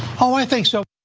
ah i think so